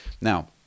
Now